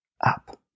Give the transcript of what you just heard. up